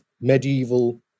medieval